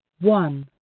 one